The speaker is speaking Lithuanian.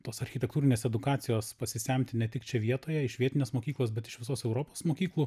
tos architektūrinės edukacijos pasisemti ne tik čia vietoje iš vietinės mokyklos bet iš visos europos mokyklų